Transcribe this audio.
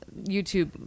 YouTube